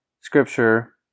scripture